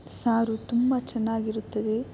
ಸಾರು ತುಂಬ ಚೆನ್ನಾಗಿರುತ್ತದೆ